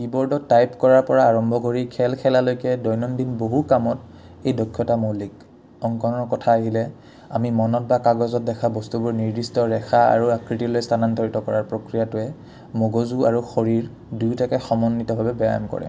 কি বোৰ্ডত টাইপ কৰাৰ পৰা আৰম্ভ কৰি খেল খেলালৈকে দৈনন্দিন বহু কামত এই দক্ষতা মৌলিক অংকনৰ কথা আহিলে আমি মনত বা কাগজত দেখা বস্তুবোৰ নিৰ্দিষ্ট ৰেখা আৰু আকৃতিলৈ স্থানান্তৰিত কৰাৰ প্ৰক্ৰিয়াটোৱে মগজু আৰু শৰীৰ দুয়োটাকে সমন্বিতভাৱে ব্যায়াম কৰে